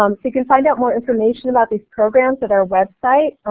um so you can find out more information about these programs at our website,